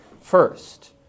first